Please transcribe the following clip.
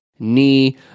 knee